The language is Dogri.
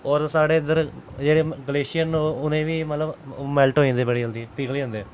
होर साढ़े इद्धर जेह्ड़े ग्लेशियर न उनें बी मतलब मैल्ट होई जंदे बड़ी जल्दी पिघली जंदे